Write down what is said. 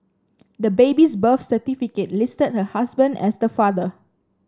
the baby's birth certificate listed her husband as the father